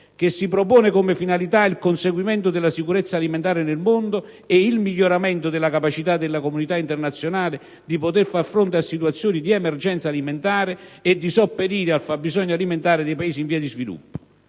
che si propone come finalità il conseguimento della sicurezza alimentare nel mondo e il miglioramento della capacità della comunità internazionale di poter far fronte a situazioni di emergenza alimentare e di sopperire al fabbisogno alimentare dei Paesi in via di sviluppo.